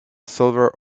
silver